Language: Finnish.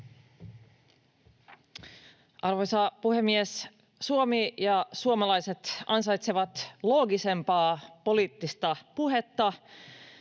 Arvoisa puhemies! Suomi ja suomalaiset ansaitsevat loogisempaa poliittista puhetta,